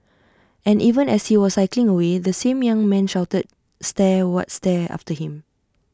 and even as he was cycling away the same young man shouted stare what stare after him